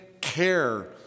care